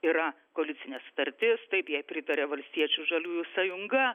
yra koalicinė sutartis taip jai pritarė valstiečių žaliųjų sąjunga